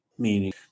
meaning